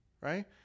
right